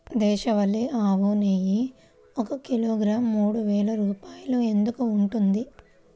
దేశవాళీ ఆవు నెయ్యి ఒక కిలోగ్రాము మూడు వేలు రూపాయలు ఎందుకు ఉంటుంది?